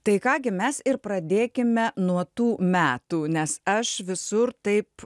tai ką gi mes ir pradėkime nuo tų metų nes aš visur taip